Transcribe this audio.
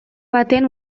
baten